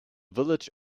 village